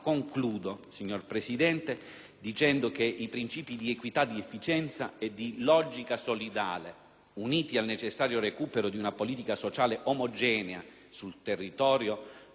dicendo che i princìpi di equità, di efficienza e di logica solidale, uniti al necessario recupero di una politica sociale omogenea sul territorio nazionale, in cui non c'è più